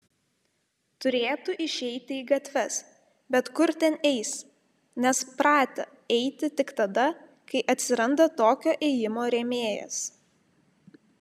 turėtų išeiti į gatves bet kur ten eis nes pratę eiti tik tada kai atsiranda tokio ėjimo rėmėjas